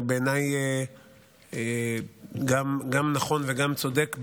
בעיניי גם נכון וגם צודק,